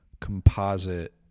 composite